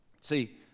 see